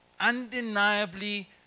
undeniably